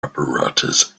apparatus